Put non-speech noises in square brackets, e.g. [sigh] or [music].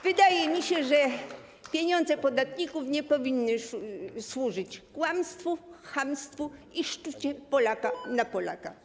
Wydaje mi się, że pieniądze podatników nie powinny służyć kłamstwu, chamstwu i szczuciu [noise] Polaka na Polaka.